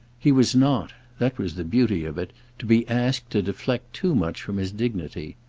he was not that was the beauty of it to be asked to deflect too much from his dignity.